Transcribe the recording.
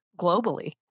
globally